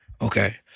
Okay